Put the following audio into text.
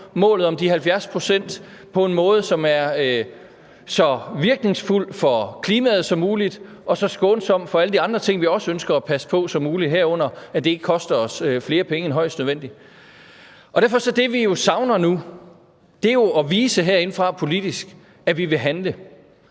målet om de 70 pct. på en måde, som er så virkningsfuld for klimaet som muligt og så skånsom som muligt for alle de andre ting, vi også ønsker at passe på, herunder at det ikke koster os flere penge end højst nødvendigt. Det, vi savner nu, er jo at vise herindefra politisk, at vi vil handle,